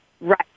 Right